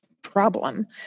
Problem